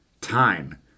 time